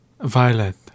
Violet